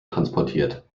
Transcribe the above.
transportiert